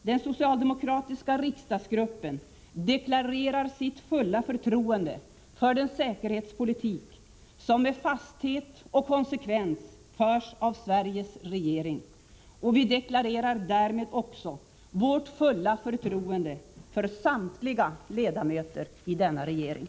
Den socialdemokratiska riksdagsgruppen deklarerar sitt fulla förtroende för den säkerhetspolitik som med fasthet och konsekvens förs av Sveriges regering, och vi deklarerar därmed också vårt fulla förtroende för samtliga ledamöter i denna regering.